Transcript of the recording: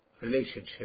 relationship